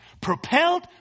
propelled